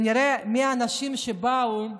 נראה מי האנשים שבאו,